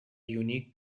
unique